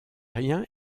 rien